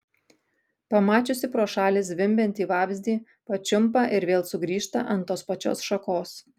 pamačiusi pro šalį zvimbiantį vabzdį pačiumpa ir vėl sugrįžta ant tos pačios šakos